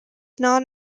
non